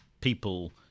people